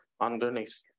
underneath